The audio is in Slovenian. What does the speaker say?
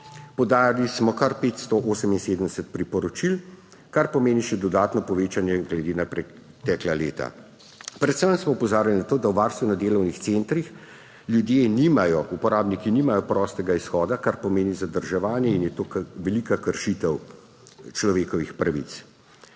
Podajali smo kar 578 priporočil, kar pomeni še dodatno povečanje glede na pretekla leta. Predvsem smo opozarjali na to, da v varstveno-delovnih centrih uporabniki nimajo prostega izhoda, kar pomeni zadrževanje in je to velika kršitev človekovih pravic.